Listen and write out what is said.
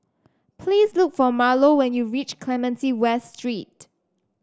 please look for Marlo when you reach Clementi West Street